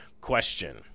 question